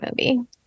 movie